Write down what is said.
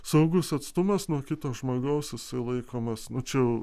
saugus atstumas nuo kito žmogaus jisai laikomas nu čia jau